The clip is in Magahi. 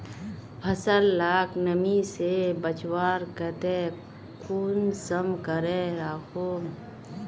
फसल लाक नमी से बचवार केते कुंसम करे राखुम?